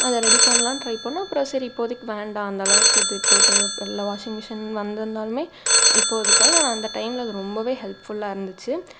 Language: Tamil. அதை ரெடி பண்ணலாம் ட்ரை பண்ணிணோம் அப்புறம் சரி இப்போதைக்கு வேண்டாம் அந்த அளவுக்கு இது இப்போது தேவை இல்லை வாஷிங் மிஷின் வந்திருந்தாலுமே இப்போது இதுக்கு ஆனால் அந்த டைமில் அது ரொம்பவே ஹெல்ப்ஃபுல்லாக இருந்துச்சு